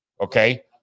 Okay